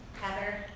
Heather